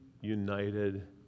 united